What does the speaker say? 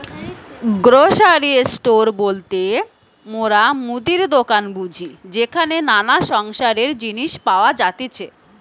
grocery store বলতে মোরা মুদির দোকান বুঝি যেখানে নানা সংসারের জিনিস পাওয়া যাতিছে